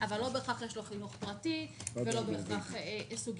אבל לא בהכרח יש לו חינוך פרטי,